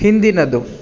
ಹಿಂದಿನದು